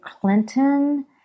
Clinton